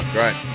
Great